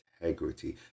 integrity